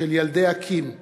של ילדי אקי"ם,